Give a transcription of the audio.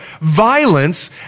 violence